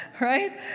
Right